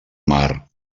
mar